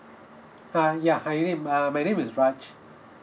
uh ya hi uh name uh my name is raj